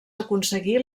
aconseguir